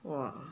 !wah!